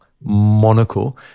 Monaco